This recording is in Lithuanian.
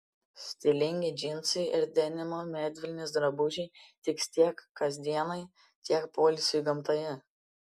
stilingi džinsai ir denimo medvilnės drabužiai tiks tiek kasdienai tiek poilsiui gamtoje